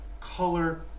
Color